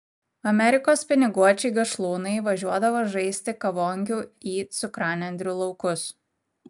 amerikos piniguočiai gašlūnai važiuodavo žaisti kavonkių į cukranendrių laukus